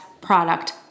product